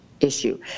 issue